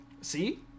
See